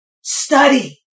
Study